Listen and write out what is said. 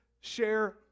share